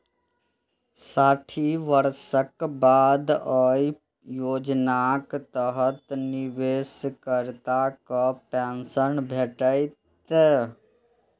साठि वर्षक बाद अय योजनाक तहत निवेशकर्ता कें पेंशन भेटतै